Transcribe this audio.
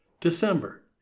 December